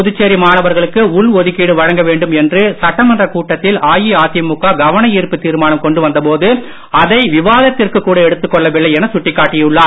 புதுச்சேரி மாணவர்களுக்கு உள் ஒதுக்கீடு வழங்க வேண்டும் என்று சட்டமன்ற கூட்டத்தில் அதிமுக கவன ஈர்ப்பு தீர்மானம் கொண்டு வந்த போது அதை விவாதத்திற்கு கூட எடுத்துக் கொள்ள வில்லை என சுட்டிக்காட்டியுள்ளார்